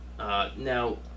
Now